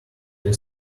your